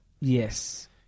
Yes